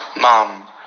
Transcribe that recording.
Mom